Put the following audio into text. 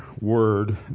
word